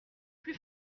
plus